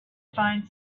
find